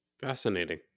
Fascinating